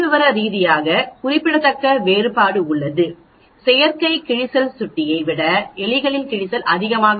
புள்ளிவிவர ரீதியாக குறிப்பிடத்தக்க வேறுபாடு உள்ளது செயற்கை கிழிசல்சுட்டியை விட எலிகளில் கிழிசல்அதிகம்